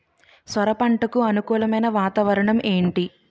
సొర పంటకు అనుకూలమైన వాతావరణం ఏంటి?